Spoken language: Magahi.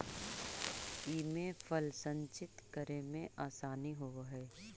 इमे फल संचित करे में आसानी होवऽ हई